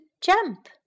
jump